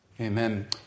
Amen